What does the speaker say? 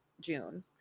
June